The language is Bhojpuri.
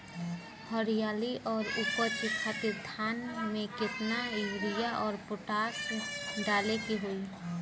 हरियाली और उपज खातिर धान में केतना यूरिया और पोटाश डाले के होई?